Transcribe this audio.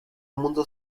mundo